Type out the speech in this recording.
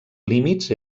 límits